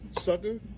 Sucker